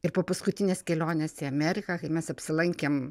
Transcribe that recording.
ir po paskutinės kelionės į ameriką kai mes apsilankėm